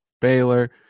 Baylor